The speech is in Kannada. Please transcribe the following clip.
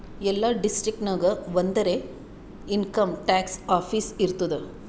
ಎಲ್ಲಾ ಡಿಸ್ಟ್ರಿಕ್ಟ್ ನಾಗ್ ಒಂದರೆ ಇನ್ಕಮ್ ಟ್ಯಾಕ್ಸ್ ಆಫೀಸ್ ಇರ್ತುದ್